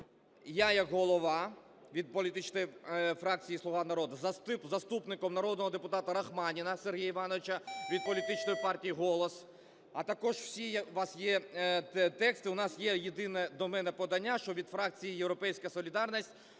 я як голова від політичної фракції "Слуга народу", заступником – народного депутата Рахманіна Сергія Івановича від політичної партії "Голос". А також всі у вас є тексти. У нас є єдине до мене подання, що від фракції "Європейська солідарність"